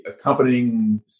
accompanying